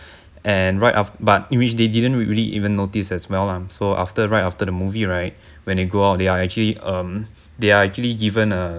and right af~ but in which they didn't really even notice as well lah so after right after the movie right when they go out they are actually um they are actually given uh